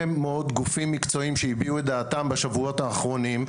מאוד גופים מקצועיים שהביעו את דעתם בשבועות האחרונים,